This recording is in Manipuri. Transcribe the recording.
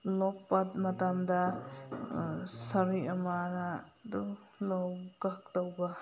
ꯂꯣꯛꯄ ꯃꯇꯝꯗ ꯁꯣꯔꯤ ꯑꯃꯅ ꯑꯗꯨꯝ ꯂꯧ ꯀꯛꯇꯧꯕ